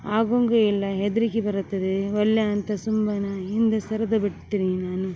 ಆಗುವಂಗು ಇಲ್ಲ ಹೆದ್ರಿಕೆ ಬರತ್ತದೆ ವಲ್ಲ ಅಂತ ಸುಮ್ಮನೆ ಹಿಂದೆ ಸರಿದ ಬಿಡ್ತೀನಿ ನಾನು